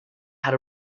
had